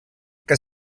que